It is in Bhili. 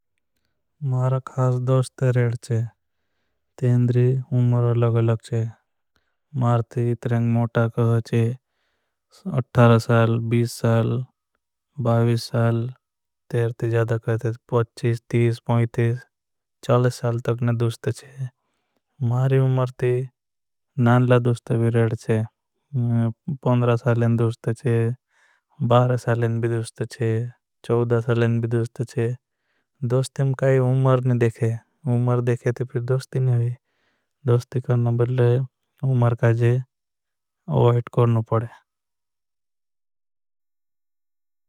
मारा खास दोस्ते रेडचे तेंदरी उम्हरों लगलागचे। इतरंग मोटा कहाचे अठारा साल बीस साल। बाविस साल, तेरती ज़्यादा कहाते थे तीस पैंतीस। चालीस साल तकने दोस्ते चे उम्हरती नानला दोस्ते। भी रेडचे पंद्रह साल बारह साल चे चौदह साल। दोस्ते चे काई उम्र नहीं देखे देखे ते फिर दोस्ती। नहीं होई करना बल्ले उम्र काजे अवाइट करना पड़े।